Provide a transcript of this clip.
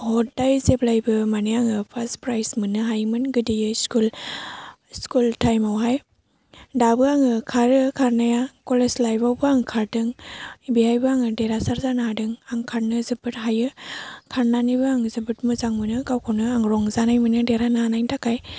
हदाय जेब्लायबो मानि आङो फार्स्त प्राइज मोननो हायोमोन गोदोयो स्कुल टाइमआवहाय दाबो आङो खारो खारनाया कलेज लाइफआवबो आङो खारदों बेहायबो आङो देरहासार जानो हादों आं खारनो जोबोद हायो खारनानैबो आं जोबोद मोजां मोनो गावखौनो आं रंजानाय मोनो देरहानो हानायनि थाखाय